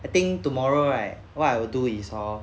I think tomorrow right what I will do is hor